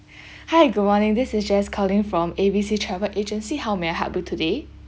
hi good morning this is jess calling from A B C travel agency how may I help you today